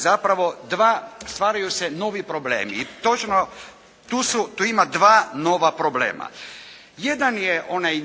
zapravo stvaraju se novi problemi. I to ćemo, tu su, ima dva nova problema. Jedan je onaj,